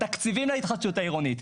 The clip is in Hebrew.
התקציבים להתחדשות העירונית.